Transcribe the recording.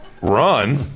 run